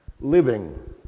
living